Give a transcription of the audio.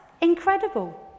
incredible